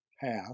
path